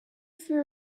fear